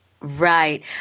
Right